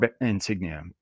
insignia